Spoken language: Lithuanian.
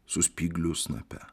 su spygliu snape